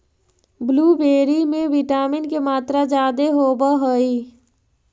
blueberry में vitamin के मात्रा जादे होब हई